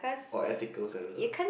or ethical sense ah